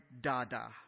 Dada